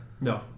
No